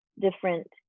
different